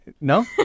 No